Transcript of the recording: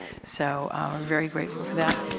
so very grateful for that.